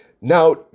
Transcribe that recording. Now